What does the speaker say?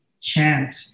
chant